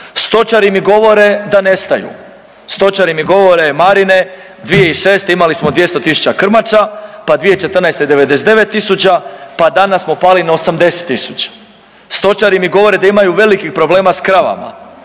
Stočari mi govore da nestaju. Stočari mi govore, Marine, 2006. imali smo 200 tisuća krmača, pa 2014. 99 tisuća pa danas smo pali na 80 tisuća. Stočari mi govore da imaju velikih problema s kravama.